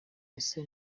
ese